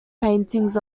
paintings